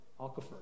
aquifer